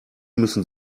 müssen